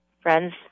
friends